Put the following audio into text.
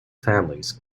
families